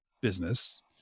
business